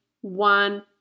one